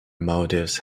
motives